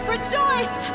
Rejoice